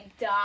die